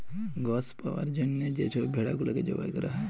গস পাউয়ার জ্যনহে যে ছব ভেড়া গুলাকে জবাই ক্যরা হ্যয়